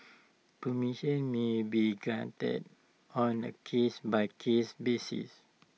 permission may be granted on A case by case basis